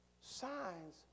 signs